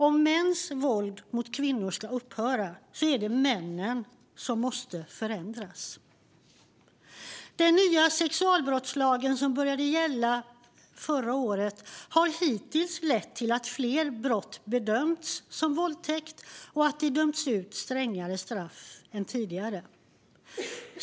Om mäns våld mot kvinnor ska upphöra är det männen som måste förändras. Den nya sexualbrottslagen, som började gälla förra året, har hittills lett till att fler brott bedömts som våldtäkt och att det dömts ut strängare straff än tidigare.